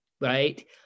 right